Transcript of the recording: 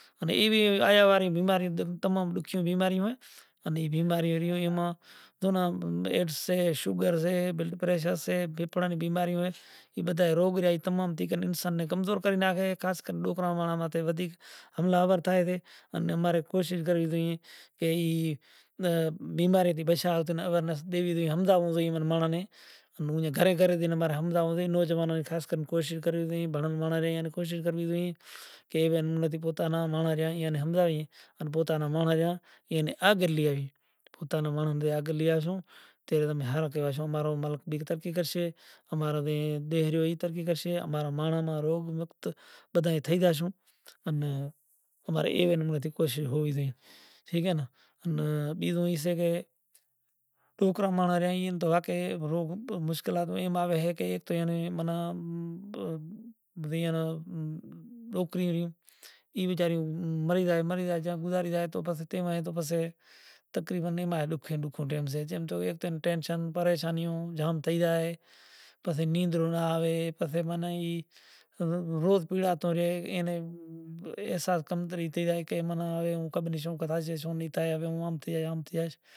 گھرے آوی پوہتو تو دھرمپتنی کہیشے اے نرسیم پتا امارا بھایاں تو تمیں نتھی کیدہو پنڑ تمارا باپ سے تمارے زائونڑ تمارو فرض سے تو تمیں ایئے ناں ڈیچرا سو جانئونڑ تمارو فرض سے تو کہے موں نیں جائوں چم کہ میں ناں کیدہو نتھی جیکدھی ماں نیں کیدہو تو ہوں اوس زاں، تو ویچاری پوتانی گھرواڑی کیدہو کہ تمیں نتھی زاوتا ہوں زائیس تو کیدہو تارے زانونڑو سے تو بھلیں زا۔ تو ای وشاری گئی تو پوہتا مایاپتی ہتا توع زام وشال کام اینوں ہتو